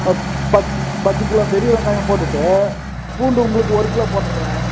பத் பத் பத்து கிலோ பெரிய வெங்காயம் போட்டுவிட்டு பூண்டு உங்களுக்கு ஒரு கிலோ போட்டுடுறேன்